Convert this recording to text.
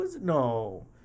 No